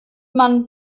man